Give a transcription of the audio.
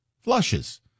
flushes